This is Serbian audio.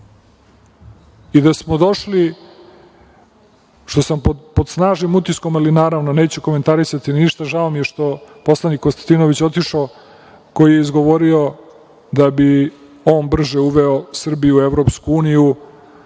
i da smo došli, što sam pod snažnim utiskom, ali naravno neću komentarisati ništa, žao mi je što je poslanik Konstantinović otišao, koji je izgovorio da bi on brže uveo Srbiju u EU, ali